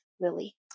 Lily